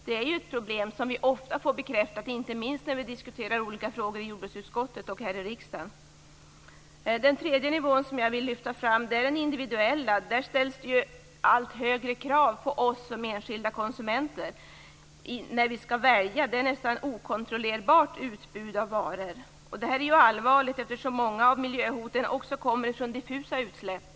Det är ett problem som vi ofta får bekräftat, inte minst då vi diskuterar olika frågor i jordbruksutskottet och här i riksdagen. För det tredje handlar det om den individuella nivån, som jag vill lyfta fram. Där ställs det allt högre krav på oss som enskilda konsumenter när vi skall välja. Utbudet är nästan okontrollerbart. Det är allvarligt, eftersom många miljöhot kommer ifrån diffusa utsläpp.